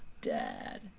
Dad